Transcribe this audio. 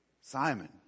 Simon